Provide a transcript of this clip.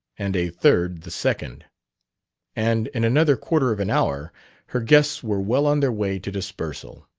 and a third the second and in another quarter of an hour her guests were well on their way to dispersal.